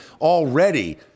Already